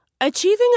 Achieving